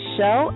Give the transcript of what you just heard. Show